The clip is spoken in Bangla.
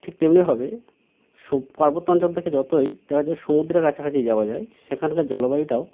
ঠিক তেমনিভাবে পার্বত্য অঞ্চল থেকে যতই দেখা যায় সমুদ্রের কাছাকাছি যাওয়া যায় সেখানকার জলবায়ুটাও